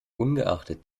ungeachtet